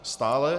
Stále?